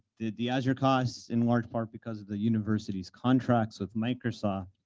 the the azure costs, in large part because of the university's contracts with microsoft,